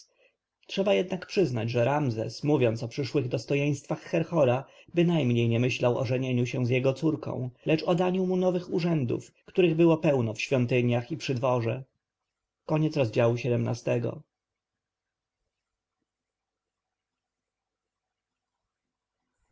trzeba jednak przyznać że ramzes mówiąc o przyszłych dostojeństwach herhora bynajmniej nie myślał o żenieniu się z jego córką lecz o daniu mu nowych urzędów których było pełno w świątyniach i przy dworze